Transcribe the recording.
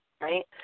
right